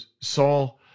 Saul